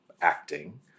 acting